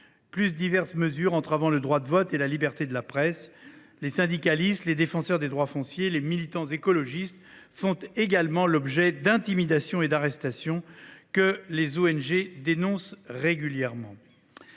; diverses mesures entravant le droit de vote et la liberté de la presse… Les syndicalistes, les défenseurs des droits fonciers, les militants écologistes font également l’objet d’intimidations et d’arrestations, que les ONG dénoncent régulièrement.